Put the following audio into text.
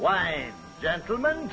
why gentleman